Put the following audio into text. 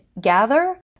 gather